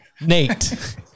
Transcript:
Nate